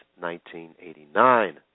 1989